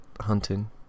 hunting